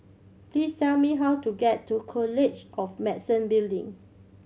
please tell me how to get to College of Medicine Building